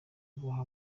guha